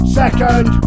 second